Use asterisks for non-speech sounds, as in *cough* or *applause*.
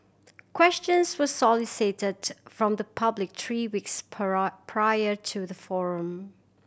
questions were solicited from the public three weeks *unintelligible* prior to the forum